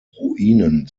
ruinen